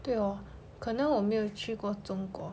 对 oh 可能我没有去过中国